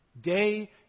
day